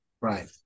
Right